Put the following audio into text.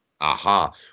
Aha